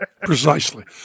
Precisely